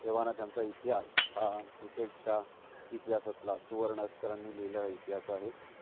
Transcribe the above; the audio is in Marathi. एव्हाना त्यांचा इतिहास हा क्रिकेटच्या इतिहासातला सुवर्ण अक्षरांनी लिहिलेला इतिहास आहे